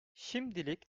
şimdilik